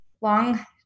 long